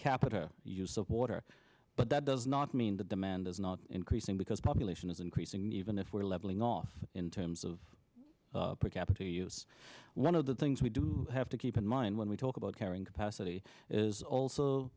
capita use of water but that does not mean the demand is not increasing because population is increasing even if we're leveling off in terms of per capita use one of the things we do have to keep in mind when we talk about carrying capacity is also